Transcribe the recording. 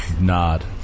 Nod